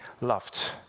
loved